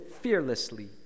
fearlessly